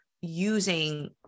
using